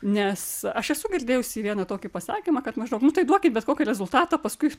nes aš esu girdėjusi vieną tokį pasakymą kad maždaug nu tai duokit bet kokį rezultatą paskui